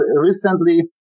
recently